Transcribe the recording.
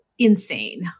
Insane